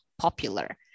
popular